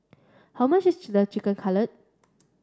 how much is Chicken Cutlet